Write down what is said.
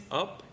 up